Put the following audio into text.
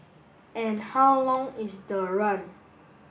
and how long is the run